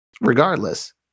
Regardless